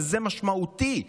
שזה משמעותי.